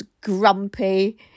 grumpy